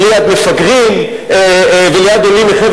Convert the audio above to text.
ליד מפגרים וליד עולים מחבר